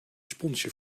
sponsje